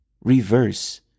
reverse